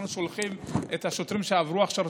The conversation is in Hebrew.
אנחנו שולחים את השוטרים שעברו הכשרות,